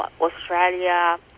australia